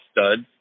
studs